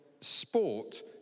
sport